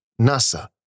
Nasa